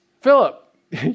Philip